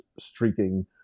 streaking